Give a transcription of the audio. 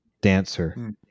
dancer